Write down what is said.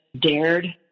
dared